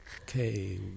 Okay